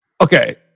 okay